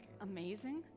amazing